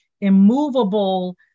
immovable